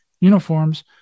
uniforms